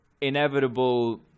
inevitable